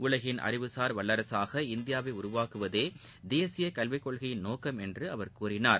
உலகின் அறிவுசார் வல்லரசாக இந்தியாவை உருவாக்குவதில் தேசிய கல்வி கொள்கையின் நோக்கம் என்று அவர் கூறினார்